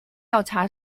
调查